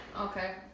Okay